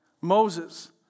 Moses